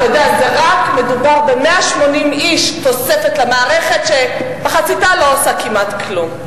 רק מדובר ב-180 איש תוספת למערכת שמחציתה לא עושה כמעט כלום.